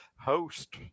host